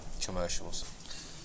commercials